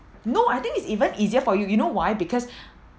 no I think it's even easier for you you know why because